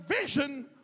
vision